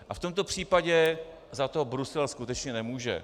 A v tomto případě za to Brusel skutečně nemůže.